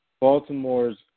Baltimore's